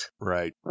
Right